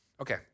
Okay